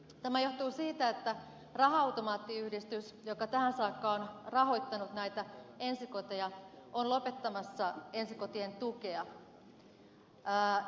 tämä johtuu siitä että raha automaattiyhdistys joka tähän saakka on rahoittanut näitä ensikoteja on lopettamassa ensikotien tukea